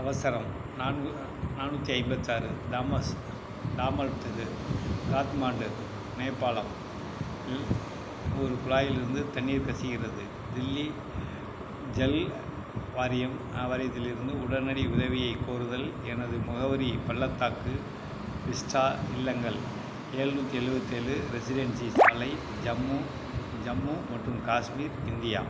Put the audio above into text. அவசரம் நான்கு நானூற்றி ஐம்பத்தாறு தாமஸ் தாமல் தெரு காத்மாண்டு நேபாளம் இல் ஒரு குழாயிலிருந்து தண்ணீர் கசிகிறது தில்லி ஜல் வாரியம் அவதிலிருந்து உடனடி உதவியைக் கோருதல் எனது முகவரி பள்ளத்தாக்கு விஸ்டா இல்லங்கள் ஏழுநூத்தி எழுவத்தேலு ரெசிடென்சி சாலை ஜம்மு ஜம்மு மற்றும் காஷ்மீர் இந்தியா